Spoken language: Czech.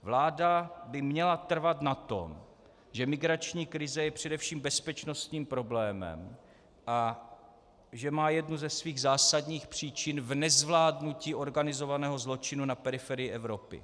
Vláda by měla trvat na tom, že migrační krize je především bezpečnostním problémem a že má jednu ze svých zásadních příčin v nezvládnutí organizovaného zločinu na periferii Evropy.